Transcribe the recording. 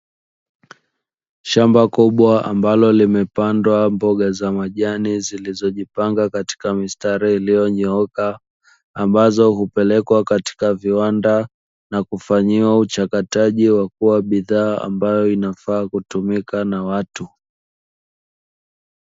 Shamba kubwa ambalo limepandwa mboga za majani zilizojipanga katika mistari iliyonyooka, ambazo upelekwa katika viwanda na kufanyiwa uchakataji wa kuwa bidhaa ambayo inafaa kutumika na watu.